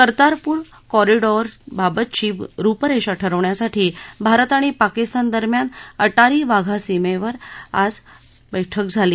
कर्तारपूर कॉरिडोअरबाबतची रूपरेषा ठरवण्यासाठी भारत आणि पाकिस्तान दरम्यान अत्तिरी वाघा सीमेवर आज झाली